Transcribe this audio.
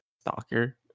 Stalker